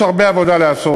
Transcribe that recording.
יש הרבה עבודה לעשות.